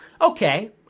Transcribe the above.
Okay